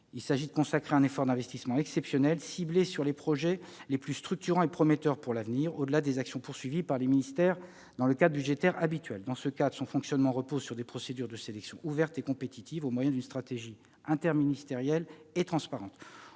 Il s'agit de consacrer un effort d'investissement exceptionnel, ciblé sur les projets les plus structurants et prometteurs, au-delà des actions poursuivies par les ministères dans le cadre budgétaire habituel. Le fonctionnement de ce programme repose sur des procédures de sélection ouvertes et compétitives, au moyen d'une stratégie interministérielle et transparente.